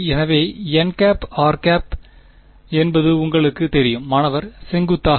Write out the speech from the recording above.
எனவே n rஎன்பது உங்களுக்குத் தெரியும் மாணவர் செங்குத்தாக